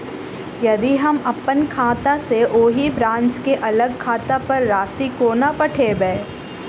यदि हम अप्पन खाता सँ ओही ब्रांच केँ अलग खाता पर राशि कोना पठेबै?